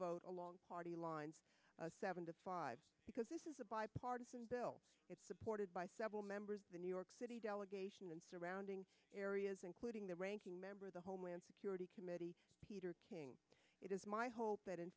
vote along party lines seventy five because this is a bipartisan bill it's supported by several members of the new york city delegation and surrounding areas including the ranking member of the homeland security committee peter king it is my hope that in